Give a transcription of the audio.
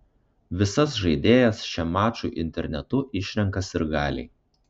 visas žaidėjas šiam mačui internetu išrenka sirgaliai